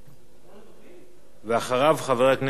ואחריו, חבר הכנסת טיבי.